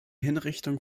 hinrichtung